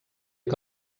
que